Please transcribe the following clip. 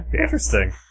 Interesting